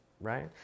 right